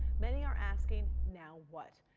many are asking, now what?